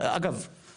אגב,